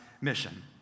mission